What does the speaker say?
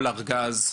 כל ארגז,